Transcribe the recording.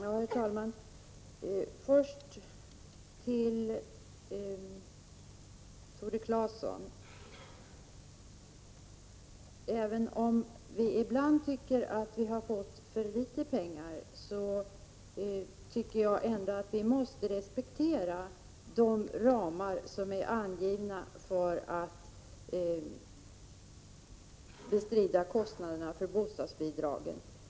Herr talman! Först några ord till Tore Claeson. Även om vi ibland tycker att vi har fått för litet pengar, tycker jag ändå att vi måste respektera de ramar som är angivna för bestridande av kostnaderna för bostadsbidragen.